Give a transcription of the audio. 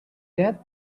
that